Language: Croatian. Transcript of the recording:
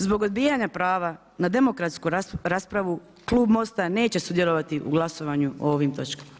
Zbog odbijanja prava na demokratsku raspravu klub MOST-a neće sudjelovati u glasovanju o ovim točkama.